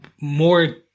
more